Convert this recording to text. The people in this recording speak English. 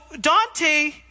Dante